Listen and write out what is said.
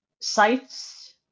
sites